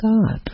God